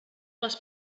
les